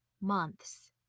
months